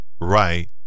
right